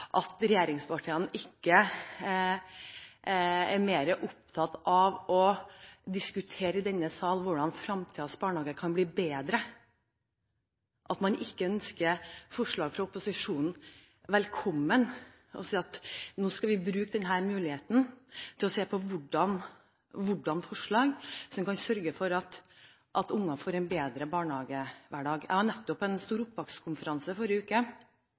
at regjeringspartiene ikke er mer opptatt av å diskutere i denne sal hvordan framtidens barnehager kan bli bedre, at man ikke ønsker forslag fra opposisjonen velkommen og sier at nå skal vi bruke denne muligheten til å se på hvordan forslag kan sørge for at unger får en bedre barnehagehverdag. Jeg var nettopp på en stor oppvekstkonferanse i forrige uke